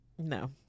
No